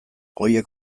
horiek